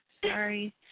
Sorry